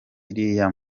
ziriya